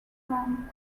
from